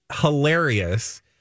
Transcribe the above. hilarious